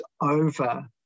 over